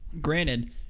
granted